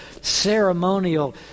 ceremonial